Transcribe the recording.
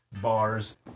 bars